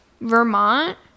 Vermont